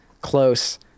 close